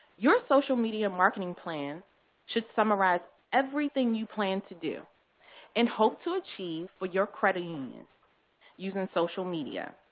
your social media marketing plan should summarize everything you plan to do and hope to achieve for your credit union using social media.